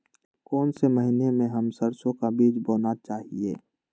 कौन से महीने में हम सरसो का बीज बोना चाहिए?